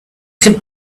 could